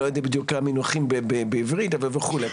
אני לא יודע בדיוק את המינוחים בעברית וכו'.